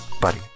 buddy